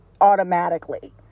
automatically